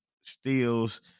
Steals